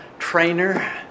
trainer